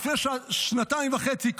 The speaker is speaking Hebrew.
לפני שנתיים וחצי,